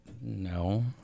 No